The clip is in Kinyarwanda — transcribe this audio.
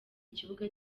kibuga